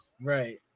right